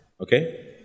Okay